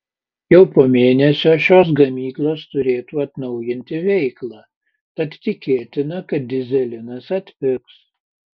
jau po mėnesio šios gamyklos turėtų atnaujinti veiklą tad tikėtina kad dyzelinas atpigs